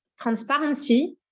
transparency